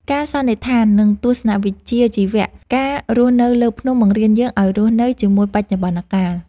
ការសន្និដ្ឋាន និងទស្សនវិជ្ជាជីវៈការរស់នៅលើភ្នំបង្រៀនយើងឱ្យរស់នៅជាមួយបច្ចុប្បន្នកាល។